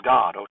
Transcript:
God